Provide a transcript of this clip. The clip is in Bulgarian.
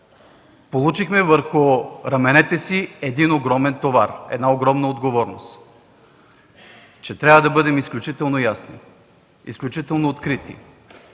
получихме върху раменете си един огромен товар, една огромна отговорност – че трябва да бъдем изключително ясни, изключително открити,